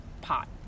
pot